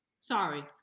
Sorry